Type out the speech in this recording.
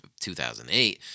2008